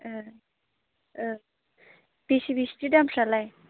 ओ ओ बेसे बेसेथो दामफ्रालाय